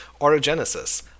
orogenesis